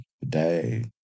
today